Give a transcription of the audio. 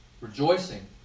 rejoicing